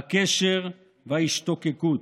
הקשר וההשתוקקות.